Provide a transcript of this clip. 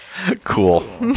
Cool